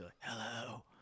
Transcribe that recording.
hello